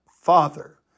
father